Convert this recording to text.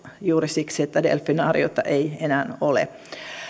juuri siksi että delfinaariota ei enää ole